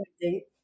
date